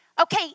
Okay